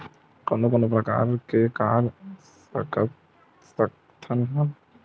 कोन कोन प्रकार के कर सकथ हन?